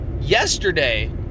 yesterday